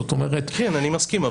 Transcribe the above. זאת אומרת --- אני מסכים,